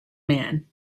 men